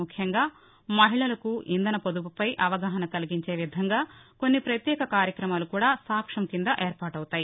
ముఖ్యంగా మహిళకు ఇంధన పొదుపుపై అవగాహన కలిగించే విధంగా కొన్ని పత్యేక కార్యక్రమాలు కూడా సాక్షం కింద ఏర్పాటవుతాయి